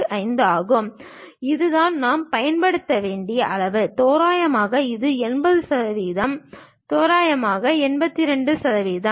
8165 ஆகும் இதுதான் நாம் பயன்படுத்த வேண்டிய அளவு தோராயமாக இது 80 சதவீதம் தோராயமாக 82 சதவீதம்